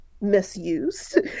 misused